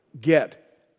get